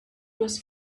was